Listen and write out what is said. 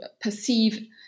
perceive